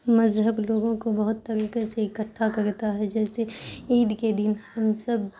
مذہب لوگوں کو بہت طریقے سے اکٹھا کرتا ہے جیسے عید کے دن ہم سب